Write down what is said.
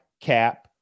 cap